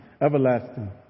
everlasting